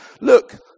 Look